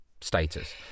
status